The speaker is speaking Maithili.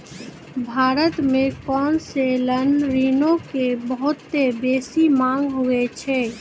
भारत मे कोन्सेसनल ऋणो के बहुते बेसी मांग होय छै